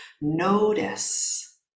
notice